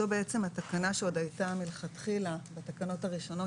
זו בעצם התקנה שעוד הייתה מלכתחילה בתקנות הראשונות